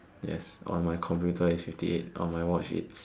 yes on my computer it's fifty eight on my watch it's